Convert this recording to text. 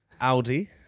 Audi